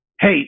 Hey